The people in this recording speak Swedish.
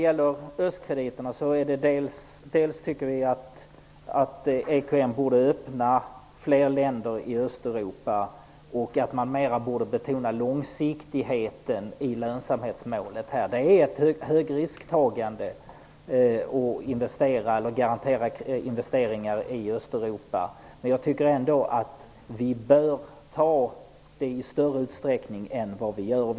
Vi tycker att EKN borde öppna fler länder i Östeuropa och mer betona långsiktigheten i lönsamhetsmålet. Det är ett högrisktagande att garantera investeringar i Östeuropa. Men vi bör ändå göra det i högre utsträckning än vad vi nu gör.